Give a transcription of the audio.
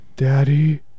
Daddy